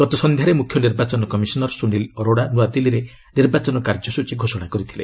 ଗତ ସନ୍ଧ୍ୟାରେ ମୁଖ୍ୟ ନିର୍ବାଚନ କମିଶନର ସୁନିଲ୍ ଅରୋଡ଼ା ନୂଆଦିଲ୍ଲୀରେ ନିର୍ବାଚନ କାର୍ଯ୍ୟସ୍ଚୀ ଘୋଷଣା କରିଥିଲେ